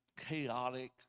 chaotic